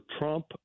Trump